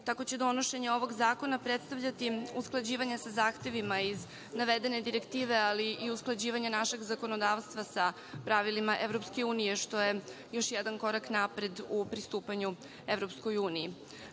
Tako će donošenje ovog zakona predstavljati usklađivanje sa zahtevima iz navedene direktive, ali i usklađivanje našeg zakonodavstva sa pravilima EU, što je još jedan korak napred u pristupanju EU.